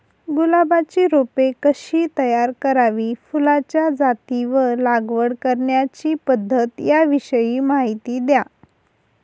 गुलाबाची रोपे कशी तयार करावी? फुलाच्या जाती व लागवड करण्याची पद्धत याविषयी माहिती द्या